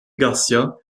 garcia